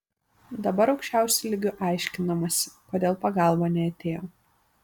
dabar aukščiausiu lygiu aiškinamasi kodėl pagalba neatėjo